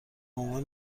عنوان